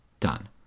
Done